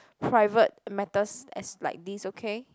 private matters as like this okay